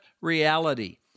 reality